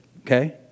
Okay